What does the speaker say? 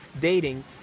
dating